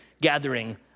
gathering